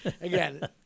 again